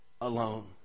alone